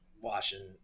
watching